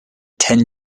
ten